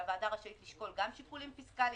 שהוועדה רשאית לשקול גם שיקולים פיסקליים,